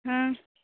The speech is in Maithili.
हुँ